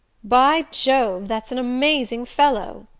by jove, that's an amazing fellow!